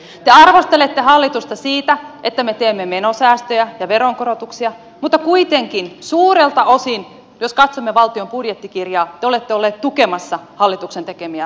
te arvostelette hallitusta siitä että me teemme menosäästöjä ja veronkorotuksia mutta kuitenkin suurelta osin jos katsomme valtion budjettikirjaa te olette olleet tukemassa hallituksen tekemiä sopeuttamistoimia